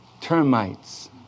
termites